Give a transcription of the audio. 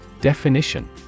Definition